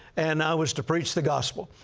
and i was to preach the gospel.